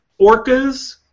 orcas